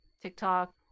TikTok